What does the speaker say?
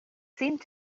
seemed